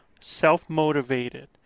self-motivated